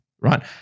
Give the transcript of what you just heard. right